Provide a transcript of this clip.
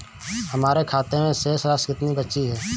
हमारे खाते में शेष राशि कितनी बची है?